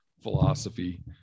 philosophy